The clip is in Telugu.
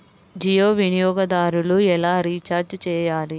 జియో వినియోగదారులు ఎలా రీఛార్జ్ చేయాలి?